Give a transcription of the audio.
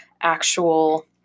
actual